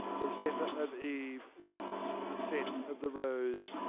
the zephyr of eve wafts the scent of the rose,